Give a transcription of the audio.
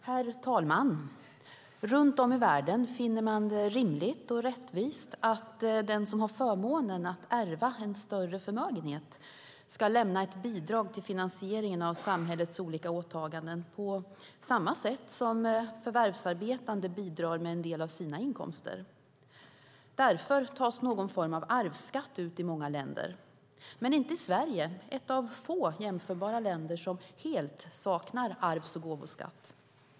Herr talman! Runt om i världen finner man det rimligt och rättvist att den som har förmånen att ärva en större förmögenhet ska lämna ett bidrag till finansieringen av samhällets olika åtaganden på samma sätt som förvärvsarbetande bidrar med en del av sina inkomster. Därför tas någon form av arvsskatt ut i många länder. Det görs dock inte i Sverige. Vi är ett av få jämförbara länder som helt saknar arvs och gåvoskatt.